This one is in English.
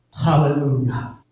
hallelujah